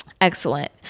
excellent